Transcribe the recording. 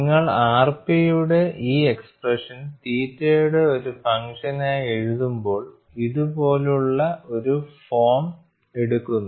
നിങ്ങൾ Rp യുടെ ഈ എക്സ്സ്പ്രെഷൻ തീറ്റയുടെ ഒരു ഫംഗ്ഷനായി എഴുതുമ്പോൾ ഇതുപോലുള്ള ഒരു ഫോം എടുക്കുന്നു